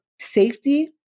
safety